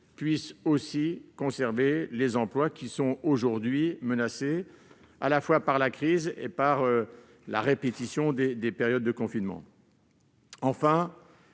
tailles de conserver les emplois, aujourd'hui menacés à la fois par la crise et par la répétition des périodes de confinement. Enfin,